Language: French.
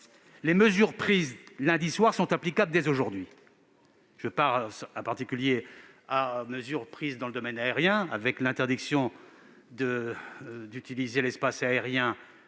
Les mesures prises lundi soir sont applicables dès aujourd'hui. Je pense en particulier aux dispositions relatives au domaine aérien, avec l'interdiction d'utiliser l'espace aérien